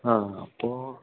ആ അപ്പോൾ